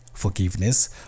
Forgiveness